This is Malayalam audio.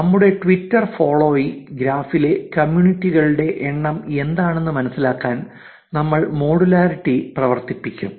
നമ്മുടെ ട്വിറ്റർ ഫോളോയി ഗ്രാഫിലെ കമ്മ്യൂണിറ്റികളുടെ എണ്ണം എന്താണെന്ന് മനസിലാക്കാൻ നമ്മൾ മോഡുലാർറ്റി പ്രവർത്തിപ്പിക്കും